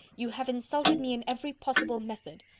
you have insulted me in every possible method.